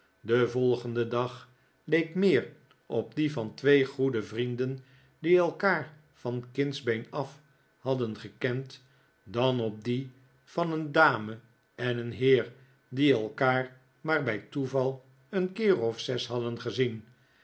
den volgenden dag leek meer op die van twee goede vrienden die elkaar van kindsbeen af hadden gekend dan op die van een dame en een heer die elkaar maar bij toeval een keer of zes hadden gezien